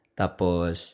tapos